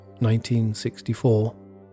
1964